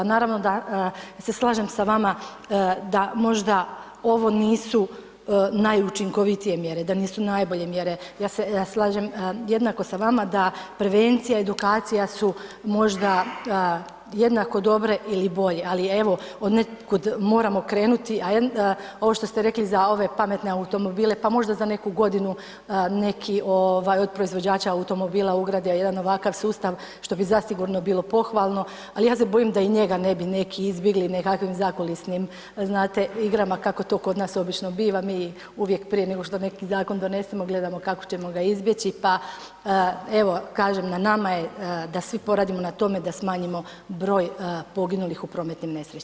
Naravno da se slažem sa vama da možda ovo nisu najučinkovitije mjere, da nisu najbolje mjere, ja se slažem jednako sa vama da prevencija i edukaciju su možda jednako dobre ili bolje, ali evo, od nekud moramo krenuti, a ovo što ste rekli za ove pametne automobile, pa možda za neku godinu neki od proizvođača automobila ugrade jedan ovakav sustav što bi zasigurno bilo pohvalno, ali ja se bojim da i njega ne bi neki izbjegli nekakvim zakulisnim znate igrama, kako to obično biva, mi uvijek prije nego što neki zakon donesemo, gledamo kako ćemo ga izbjeći pa evo, kažem, na nama je da svi poradimo na tome da smanjimo broj poginulih u prometnim nesrećama.